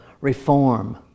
reform